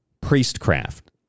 priestcraft